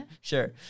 Sure